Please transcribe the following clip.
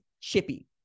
chippy